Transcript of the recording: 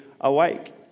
awake